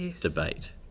debate